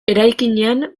eraikinean